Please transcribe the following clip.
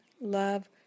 love